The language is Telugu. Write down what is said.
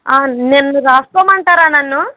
నన్ను రాసుకోమంటారా నన్ను